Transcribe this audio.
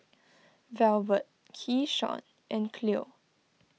Velvet Keyshawn and Cleo